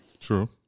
True